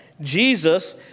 Jesus